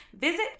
Visit